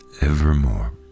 Evermore